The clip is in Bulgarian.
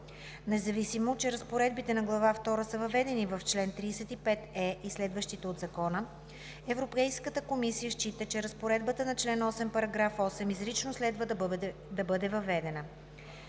Независимо, че разпоредбите на Глава II са въведени с чл. 35е и следващите от Закона, Европейската комисия счита, че разпоредбата на чл. 8, § 8 изрично следва да бъде въведена.